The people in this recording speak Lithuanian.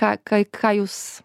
ką kai ką jūs